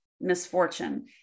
misfortune